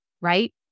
right